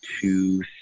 two